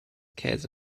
käse